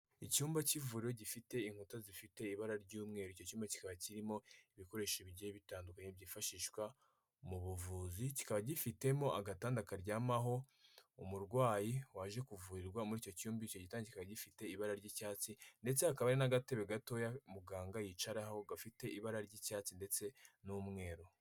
Icyumba cy'ivuriro gifite inkuta zifite ibara ry'umweru, icyo cyumaba kikaba kirimo ibikoresho bigiye bitandukanye byifashishwa mu buvuzi, kikaba gifitemo agatanda karyamaho umurwayi waje kuvurirwa muri icyo cyumba. Icyo gitangira kikaba gifite ibara ry'icyatsi ndetse n'agatebe gatoya muganga yicararaho gafite ibara ry'icyatsi ndetse n'umweru.